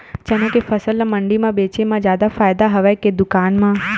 चना के फसल ल मंडी म बेचे म जादा फ़ायदा हवय के दुकान म?